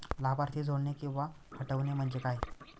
लाभार्थी जोडणे किंवा हटवणे, म्हणजे काय?